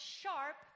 sharp